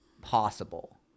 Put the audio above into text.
possible